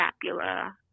scapula